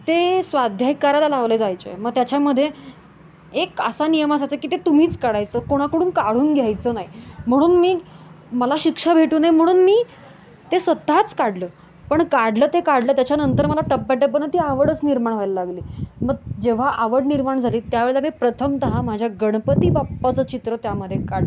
ते स्वाध्याय करायला लावले जायचे मग त्याच्यामध्ये एक असा नियम असायचं की ते तुम्हीच काढायचं कोणाकडून काढून घ्यायचं नाही म्हणून मी मला शिक्षा भेटू नये म्हणून मी ते स्वतःच काढलं पण काढलं ते काढलं त्याच्यानंतर मला टप्प्याटप्प्यानं ती आवडच निर्माण व्हायला लागली मग जेव्हा आवड निर्माण झाली त्यावेळेला मी प्रथमतः माझ्या गणपती बाप्पाचं चित्र त्यामध्ये काढलं